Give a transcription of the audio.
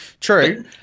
true